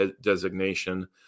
designation